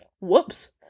Whoops